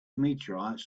meteorites